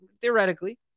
theoretically